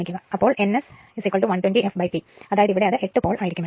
അപ്പോൾ n S120 fP അതായത് ഇവിടെ അത് 8 പോൾ ആയിരികുമലോ